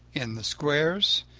in the squares,